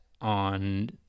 on